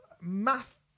math